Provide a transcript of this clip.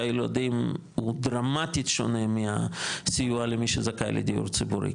ילדים הוא דרמטית שונה מהסיוע למי שזכאי לדיור ציבורי,